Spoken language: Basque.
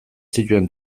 zituen